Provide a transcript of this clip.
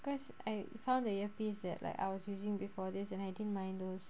cause I found the earpiece that like I was using before this and I didn't mind those